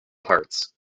parts